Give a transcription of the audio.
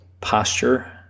posture